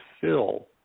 fill